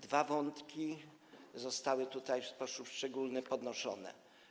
Dwa wątki zostały tutaj w sposób szczególny podniesione.